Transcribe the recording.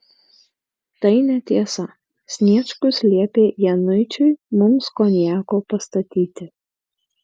tai netiesa sniečkus liepė januičiui mums konjako pastatyti